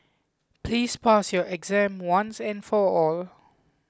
please pass your exam once and for all